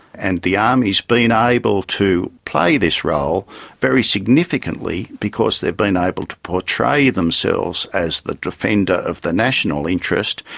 and the army has been able to play this role very significantly because they have been able to portray themselves as the defender of the national interest,